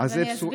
אז אני אסביר.